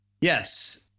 Yes